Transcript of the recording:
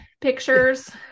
pictures